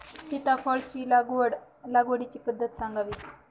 सीताफळ लागवडीची पद्धत सांगावी?